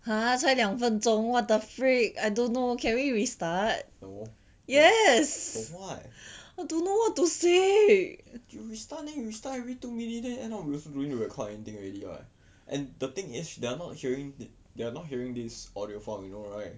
!huh! 才两分钟 what the freak I don't know can we restart yes I don't know what to say